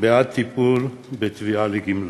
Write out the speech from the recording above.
בעד טיפול בתביעה לגמלה.